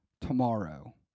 tomorrow